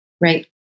Right